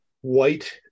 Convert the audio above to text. white